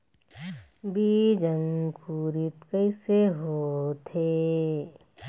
बीज अंकुरित कैसे होथे?